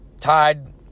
tied